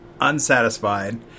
unsatisfied